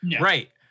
Right